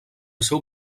seu